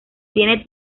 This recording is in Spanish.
tiene